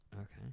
Okay